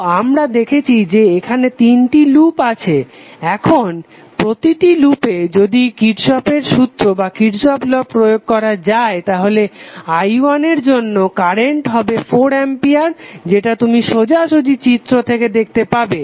তো আমরা দেখছি যে এখনে তিনটি লুপ আছে এখন প্রতিটি লুপে যদি কিরর্শফের সূত্র Kirchhoffs law প্রয়োগ করা যায় তাহলে i1 এর জন্য কারেন্ট হবে 4A যেটা তুমি সোজাসুজি চিত্র থেকে দেখতে পাবে